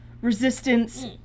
Resistance